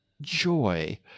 joy